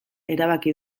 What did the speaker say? erabaki